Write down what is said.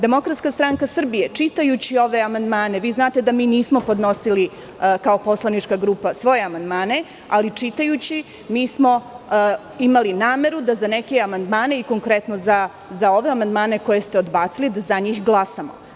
Demokratska stranka Srbije, vi znate da mi nismo podnosili kao poslanička grupa svoje amandmane, ali smo čitajući ove amandmane imali nameru da za neke amandmane i konkretno za ove amandmane koje ste odbacili, da za njih glasamo.